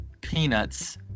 peanuts